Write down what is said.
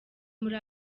muri